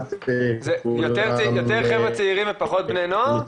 יותר צעירים ופחות בני נוער?